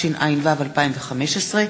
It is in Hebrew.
התשע"ו 2015,